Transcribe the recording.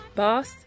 boss